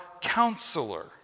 counselor